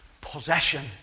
Possession